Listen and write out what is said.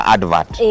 Advert